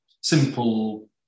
simple